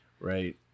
Right